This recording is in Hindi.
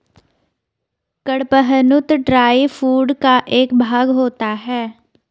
कड़पहनुत ड्राई फूड का एक भाग होता है